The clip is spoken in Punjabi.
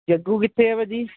ਜੱਗੂ ਕਿੱਥੇ ਆ ਭਾਅ ਜੀ